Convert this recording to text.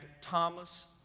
Thomas